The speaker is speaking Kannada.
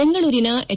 ಬೆಂಗಳೂರಿನ ಎಚ್